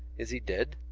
is he dead?